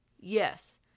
yes